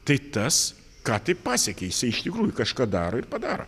tai tas ką tai pasiekia jisai iš tikrųjų kažką daro ir padaro